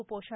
उपोषण